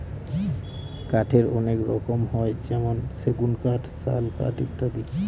কাঠের অনেক রকম হয় যেমন সেগুন কাঠ, শাল কাঠ ইত্যাদি